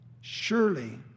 Surely